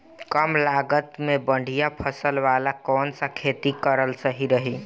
कमलागत मे बढ़िया फसल वाला कौन सा खेती करल सही रही?